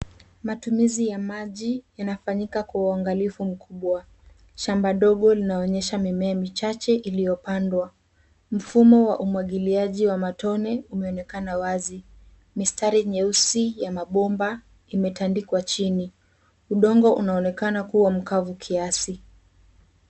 Matumizi ya maji, yanafanyika kwa uangalifu mkubwa, shamba dogo linaonyesha mimea michache, iliopandwa. Mfumo wa umwangiliaji wa matone, umeonekana wazi, mistari nyeusi, ya mabomba, imetandikwa chini, udongo unaonekana kuwa mkavu kiasi.